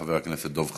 חבר הכנסת דב חנין.